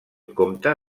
compte